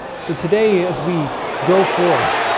so today as we go forth